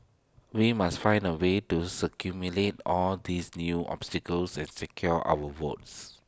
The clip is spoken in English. we must find A way to all these new obstacles and secure our votes